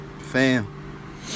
fam